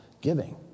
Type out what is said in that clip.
giving